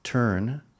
Turn